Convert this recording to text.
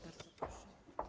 Bardzo proszę.